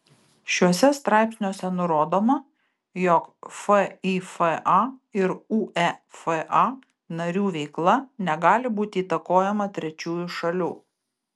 šiuose straipsniuose nurodoma jog fifa ir uefa narių veikla negali būti įtakojama trečiųjų šalių